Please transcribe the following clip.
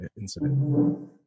incident